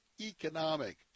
economic